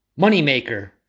moneymaker